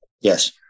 Yes